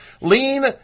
Lean